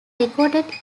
recorded